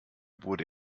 wurde